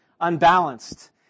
unbalanced